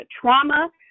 trauma